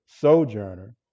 sojourner